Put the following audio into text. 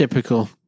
typical